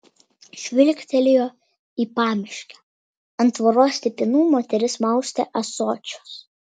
žvilgtelėjo į pamiškę ant tvoros stipinų moteris maustė ąsočius